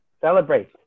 celebrate